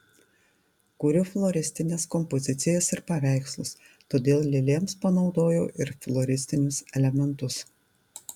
kuriu floristines kompozicijas ir paveikslus todėl lėlėms panaudojau ir floristinius elementus